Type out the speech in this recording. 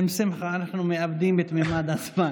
עם שמחה אנחנו מאבדים את ממד הזמן.